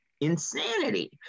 insanity